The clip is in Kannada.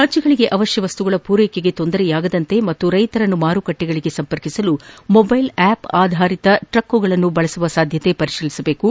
ರಾಜ್ಗಳಿಗೆ ಅವಶ್ಯ ವಸ್ತುಗಳ ಪೂರೈಕೆಗೆ ತೊಂದರೆಯಾಗದಂತೆ ಮತ್ತು ರೈತರನ್ನು ಮಾರುಕಟ್ನೆಗಳಿಗೆ ಸಂಪರ್ಕಿಸಲು ಮೊಬೈಲ್ ಆಪ್ ಆಧಾರಿತ ಟ್ರಕ್ಗಳನ್ನು ಬಳಸುವ ಸಾಧ್ಯತೆಯನ್ನು ಪರಿತೀಲಿಸಬೇಕು